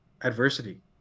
adversity